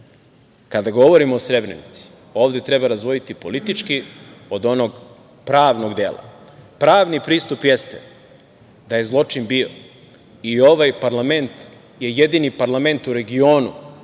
kada govorimo o Srebrenici, ovde treba razdvojiti politički od onog pravnog dela. Pravni pristup jeste da je zločin bio i ovaj parlament je jedini parlament u regionu